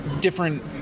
different